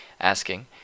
asking